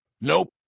Nope